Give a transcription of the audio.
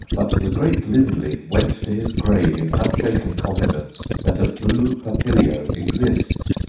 but the great lindley went to his grave in unshaken confidence that a blue papilio exists.